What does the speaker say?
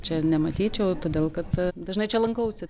čia nematyčiau todėl kad dažnai čia lankausi